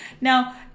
Now